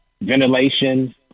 ventilation